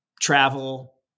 travel